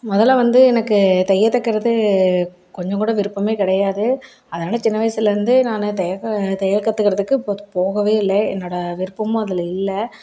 முதல்ல வந்து எனக்கு தையல் தைக்கிறது கொஞ்சம் கூட விருப்பமே கிடையாது அதனால சின்ன வயதுலருந்து நான் தையல் தையல் கற்றுக்கறதுக்கு போக போகவே இல்லை என்னோடய விருப்பமும் அதில் இல்லை